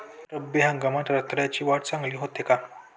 रब्बी हंगामात रताळ्याची वाढ चांगली होते का?